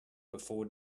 before